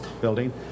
building